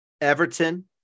Everton